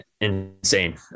insane